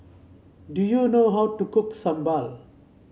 do you know how to cook sambal